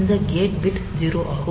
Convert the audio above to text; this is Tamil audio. இந்த கேட் பிட் 0 ஆகும்